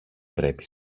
πρέπει